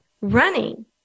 running